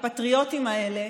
הפטריוטים האלה,